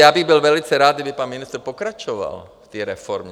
Já bych byl velice rád, kdyby pan ministr pokračoval v té reformě.